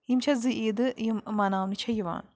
یِم چھِ زٕ عیٖدٕ یِم مناونہٕ چھِ یِوان